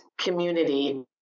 community